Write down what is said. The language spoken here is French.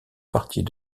partie